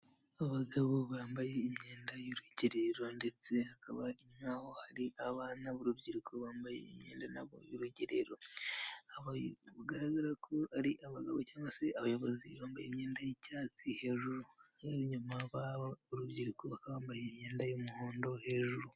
Abagabo bambaye imyenda y'urugerero ndetse hakaba hari nkaho hari abana b'urubyiruko bambaye imyenda nabo y'urugerero bigaragara ko ari abagabo cyangwa se abayobozi bambaye imyenda y'icyatsi hejuru ninyuma urubyiruko bakaba bambaye imyenda y'umuhondo hejuru.